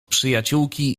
przyjaciółki